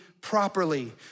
properly